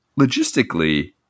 Logistically